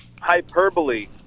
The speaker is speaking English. hyperbole